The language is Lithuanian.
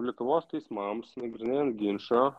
lietuvos teismams nagrinėjant ginčą